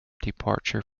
departure